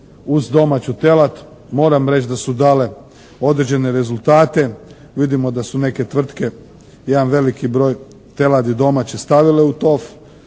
uz domaću telad moram reći da su dale određene rezultate. Vidimo da su neke tvrtke jedan veliki broj teladi domaće stavile u tov.